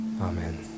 Amen